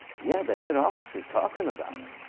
yeah, the head office is talking about it.